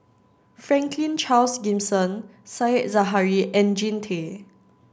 Franklin Charles Gimson said Zahari and Jean Tay